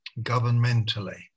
governmentally